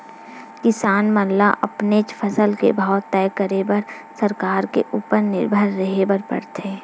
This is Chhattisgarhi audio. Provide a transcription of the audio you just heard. किसान मन ल अपनेच फसल के भाव तय करे बर सरकार के उपर निरभर रेहे बर परथे